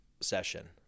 session